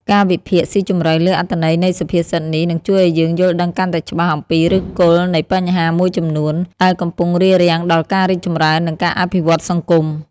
ការវិភាគស៊ីជម្រៅលើអត្ថន័យនៃសុភាសិតនេះ នឹងជួយឲ្យយើងយល់ដឹងកាន់តែច្បាស់អំពីឫសគល់នៃបញ្ហាមួយចំនួន ដែលកំពុងរារាំងដល់ការរីកចម្រើន និងការអភិវឌ្ឍសង្គម។